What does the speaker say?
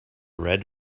red